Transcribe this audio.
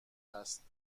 است